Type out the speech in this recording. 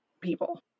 people